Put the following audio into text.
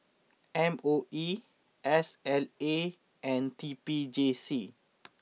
M O E S L A and T P J C